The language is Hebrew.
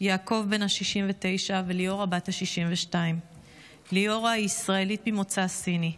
יעקב בן 69 וליאורה בת 62. ליאורה היא ישראלית ממוצא סיני,